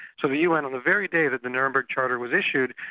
so the un on the very day that the nuremberg charter was issued,